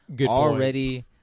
already